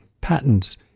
patents